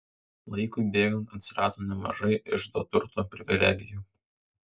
laikui bėgant atsirado nemažai iždo turto privilegijų